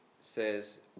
says